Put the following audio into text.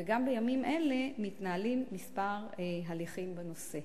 וגם בימים אלה מתנהלים כמה הליכים בנושא.